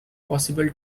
possible